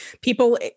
people